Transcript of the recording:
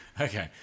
okay